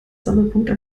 sammelpunkte